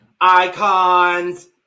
icons